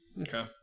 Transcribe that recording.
Okay